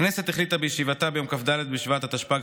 הכנסת החליטה בישיבתה ביום כ"ד בשבט התשפ"ג,